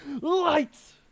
Lights